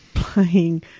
playing